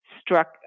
struck